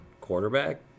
quarterback